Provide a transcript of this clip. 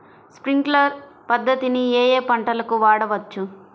Sprinkler పద్ధతిని ఏ ఏ పంటలకు వాడవచ్చు?